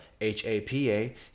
H-A-P-A